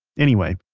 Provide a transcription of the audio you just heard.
anyway,